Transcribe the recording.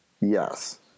Yes